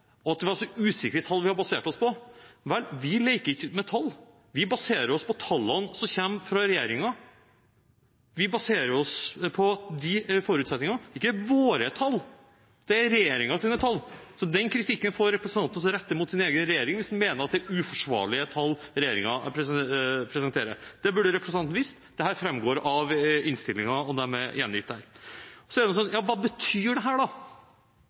forutsetninger. Representanten Trellevik var på talerstolen også veldig opptatt av vår lek med tall og at det var så usikre tall vi hadde basert oss på. Vi leker ikke med tall. Vi baserer oss på tallene som kommer fra regjeringen, vi baserer oss på de forutsetningene. Det er ikke våre tall, det er regjeringens tall, så den kritikken får representanten rette mot sin egen regjering – hvis han mener det er uforsvarlige tall regjeringen presenterer. Det burde representanten visst. Dette framgår av innstillingen. Men hva betyr